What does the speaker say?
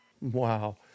Wow